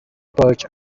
perch